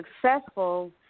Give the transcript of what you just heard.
successful